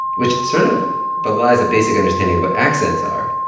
which sort of belies a basic understanding of what accents are